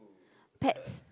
pets